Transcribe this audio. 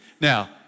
Now